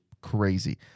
crazy